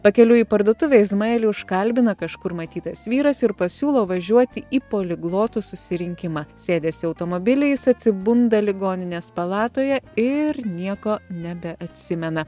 pakeliui į parduotuvę izmaelį užkalbina kažkur matytas vyras ir pasiūlo važiuoti į poliglotų susirinkimą sėdęs į automobilį jis atsibunda ligoninės palatoje ir nieko nebeatsimena